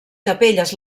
capelles